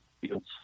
fields